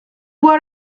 what